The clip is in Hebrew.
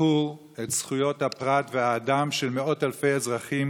ייקחו את זכויות הפרט והאדם של מאות אלפי אזרחים